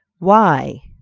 why,